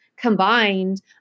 Combined